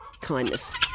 kindness